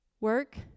work